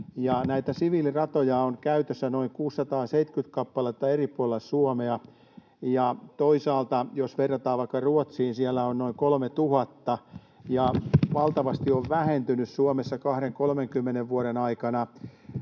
Näitä siviiliratoja on käytössä noin 670 kappaletta eri puolilla Suomea, ja jos verrataan vaikka Ruotsiin, siellä on noin 3 000. Ja valtavasti on Suomessa 20—30 vuoden aikana